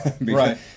right